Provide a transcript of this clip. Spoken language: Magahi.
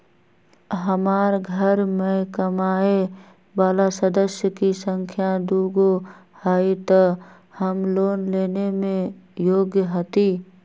हमार घर मैं कमाए वाला सदस्य की संख्या दुगो हाई त हम लोन लेने में योग्य हती?